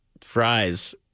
Fries